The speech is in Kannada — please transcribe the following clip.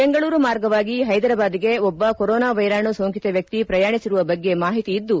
ಬೆಂಗಳೂರು ಮಾರ್ಗವಾಗಿ ಹೈದರಾಬಾದ್ಗೆ ಒಬ್ಬ ಕೊರೊನಾ ವೈರಾಣು ಸೋಂಕಿತ ವ್ಯಕ್ತಿ ಪ್ರಯಾಣಿಸಿರುವ ಬಗ್ಗೆ ಮಾಹಿತಿ ಇದ್ದು